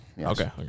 Okay